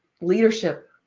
leadership